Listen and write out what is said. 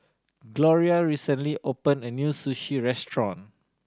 Gloria recently open a new Sushi Restaurant